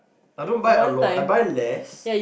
I don't buy a lot I buy less